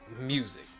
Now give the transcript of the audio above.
music